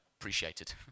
appreciated